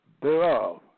thereof